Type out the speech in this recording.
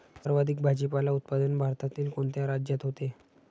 सर्वाधिक भाजीपाला उत्पादन भारतातील कोणत्या राज्यात होते?